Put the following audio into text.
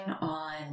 on